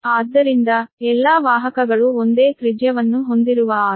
ಆದ್ದರಿಂದ ಎಲ್ಲಾ ವಾಹಕಗಳು ಒಂದೇ ತ್ರಿಜ್ಯವನ್ನು ಹೊಂದಿರುವ r ರೈಟ್